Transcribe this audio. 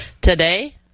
Today